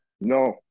no